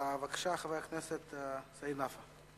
בבקשה, חבר הכנסת סעיד נפאע.